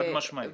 חד משמעית.